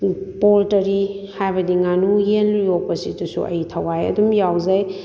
poultry ꯍꯥꯏꯕꯗꯤ ꯉꯥꯅꯨ ꯌꯦꯟ ꯌꯣꯛꯄꯁꯤꯗꯁꯨ ꯑꯩ ꯊꯋꯥꯏ ꯑꯗꯨꯝ ꯌꯥꯎꯖꯩ